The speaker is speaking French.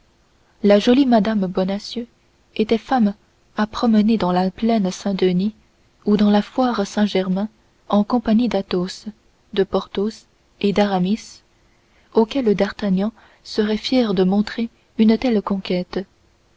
la jolie mme bonacieux était femme à promener dans la plaine saint-denis ou dans la foire saint-germain en compagnie d'athos de porthos et d'aramis auxquels d'artagnan serait fier de montrer une telle conquête